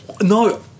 No